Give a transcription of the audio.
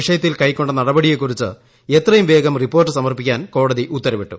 വിഷയത്തിൽ കൈക്കൊ നടപടിയെ കുറിച്ച് എത്രയും വേഗം റിപ്പോർട്ട് സമർപ്പിക്കാൻ കോടതി ഉത്തരവിട്ടു